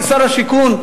שר השיכון,